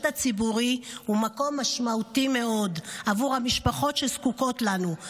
הציבורי הוא מקום משמעותי מאוד עבור המשפחות שזקוקות לנו.